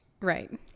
Right